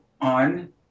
on